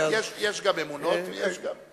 יש גם אמונות ויש גם,